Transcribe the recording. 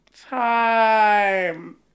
time